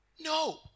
No